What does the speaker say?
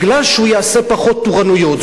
מפני שהוא יעשה פחות תורנויות.